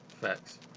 Facts